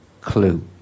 clue